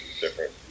Different